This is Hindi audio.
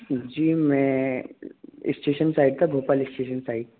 जी मैं इस्टेशन साइड का भोपाल इस्टेशन साइड